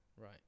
Right